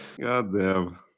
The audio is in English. Goddamn